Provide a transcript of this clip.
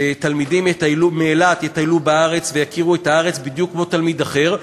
שתלמידים מאילת יטיילו בארץ ויכירו את הארץ בדיוק כמו כל תלמיד אחר,